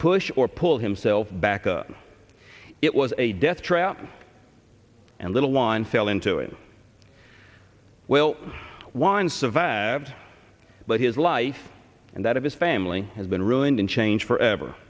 push or pull himself back into it was a death trap and little line fell into it well wind survived but his life and that of his family has been ruined in change forever